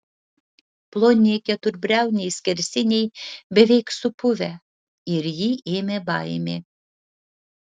ploni keturbriauniai skersiniai beveik supuvę ir jį ėmė baimė